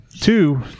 Two